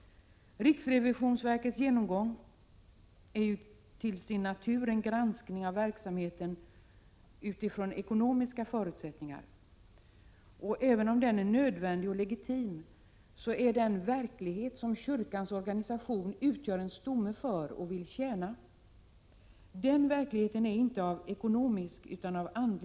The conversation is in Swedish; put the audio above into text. Riksrevisionsverkets genomgång är till sin natur en granskning av verksamheten utifrån ekonomiska förutsättningar. Även om denna är nödvändig och legitim, är den verklighet som kyrkans organisation utgör en stomme för och vill tjäna inte av ekonomiskt utan av andligt slag. Det utesluter förvisso = Prot.